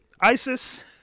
Isis